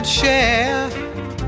Share